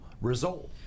result